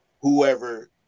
whoever